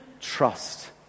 trust